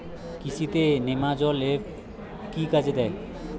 কৃষি তে নেমাজল এফ কি কাজে দেয়?